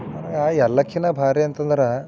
ನಾನು ಎಲ್ಲಕ್ಕಿಂತ ಭಾರಿ ಅಂತಂದ್ರೆ